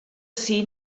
ací